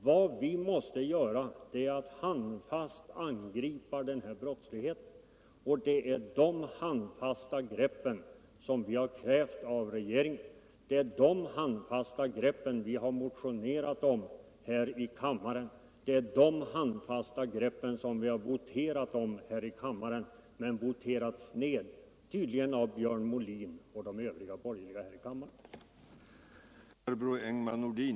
Vad vi måste göra är att handfast angripa den här brottsligheten, och det är de handfasta greppen som vi har krävt av regeringen, det är de handfasta greppen som vi har motionerat om här i kammaren, det är de handfasta greppen som vi har voterat om här i kammaren. Men våra förslag har voterats ned, tydligen av båda Björn Molin och övriga borgerliga här i kammaren.